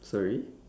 sorry